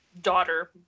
daughter